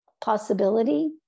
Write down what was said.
possibility